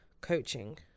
coaching